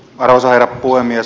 arvoisa herra puhemies